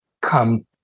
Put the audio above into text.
come